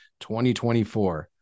2024